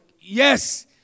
yes